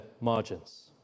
margins